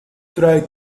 try